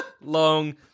Long